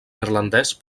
irlandès